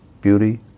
beauty